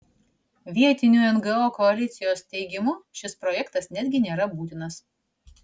vietinių ngo koalicijos teigimu šis projektas netgi nėra būtinas